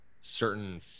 certain